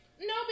no